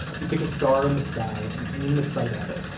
you pick a star in the sky, and aim the sight at it,